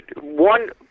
one